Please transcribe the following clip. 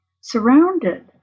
surrounded